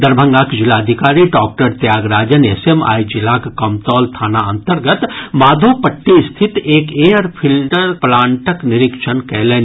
दरभंगाक जिलाधिकारी doctor Thiyagarajan S M आइ जिलाक कमतौल थाना अन्तर्गत माधोपट्टी स्थित एक एयर फिलर प्लांटक निरीक्षण कयलनि